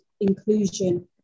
inclusion